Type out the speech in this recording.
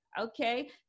okay